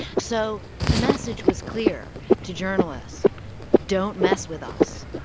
so the message was clear to journalists don't mess with us.